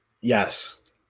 Yes